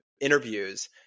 interviews